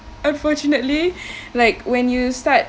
unfortunately like when you start